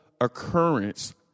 occurrence